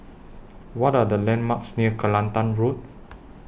What Are The landmarks near Kelantan Road